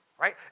right